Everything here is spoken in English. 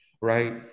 right